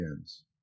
hands